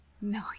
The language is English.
No